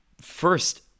first